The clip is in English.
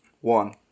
One